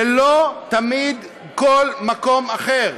ולא תמיד כל מקום אחר.